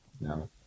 no